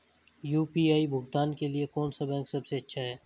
UPI भुगतान के लिए कौन सा बैंक सबसे अच्छा है?